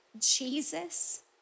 Jesus